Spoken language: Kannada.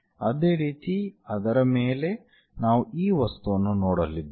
ಅದೇ ರೀತಿ ಅದರ ಮೇಲೆ ನಾವು ಈ ವಸ್ತುವನ್ನು ನೋಡಲಿದ್ದೇವೆ